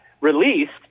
released